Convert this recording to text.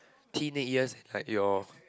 teenage years like your